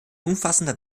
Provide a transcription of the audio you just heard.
umfassender